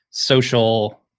Social